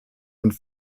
und